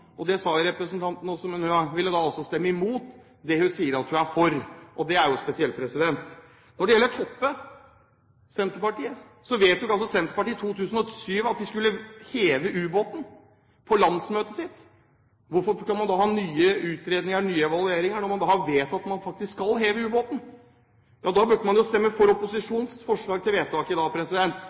Det sa også representanten, men hun vil altså stemme imot det hun sier hun er for. Det er jo spesielt. Når det gjelder Senterpartiets Kjersti Toppe, vedtok altså Senterpartiet på landsmøtet sitt i 2007 at de skulle heve ubåten. Hvorfor skal man da ha nye utredninger og nye evalueringer når man faktisk har vedtatt at man skal heve ubåten? Da burde man jo stemme for opposisjonens forslag til vedtak i dag,